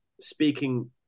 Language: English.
speaking